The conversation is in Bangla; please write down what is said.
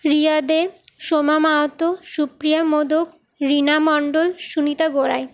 রিয়া দে সোমা মাহাতো সুপ্রিয়া মোদক রীনা মন্ডল সুনীতা গোড়াই